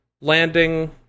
landing